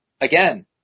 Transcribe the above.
again